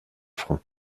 front